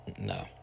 No